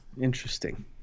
interesting